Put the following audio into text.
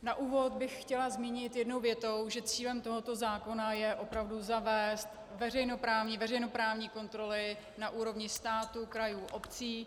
Na úvod bych chtěla zmínit jednou větou, že cílem tohoto zákona je opravdu zavést veřejnoprávní kontroly na úrovni státu, krajů, obcí.